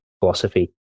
philosophy